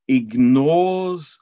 ignores